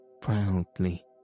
Proudly